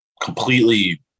completely